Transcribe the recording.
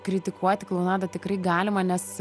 kritikuot klounadą tikrai galima nes